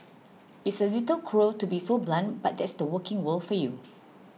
it's a little cruel to be so blunt but that's the working world for you